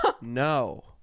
no